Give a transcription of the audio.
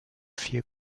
vier